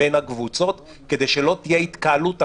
בין הקבוצות כדי שלא תהיה התקהלות אחת,